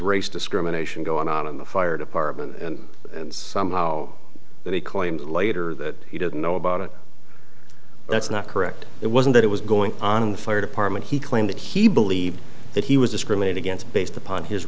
race discrimination going on in the fire department and somehow they claimed later that he didn't know about it that's not correct it wasn't that it was going on in the fire department he claimed that he believed that he was discriminate against based upon his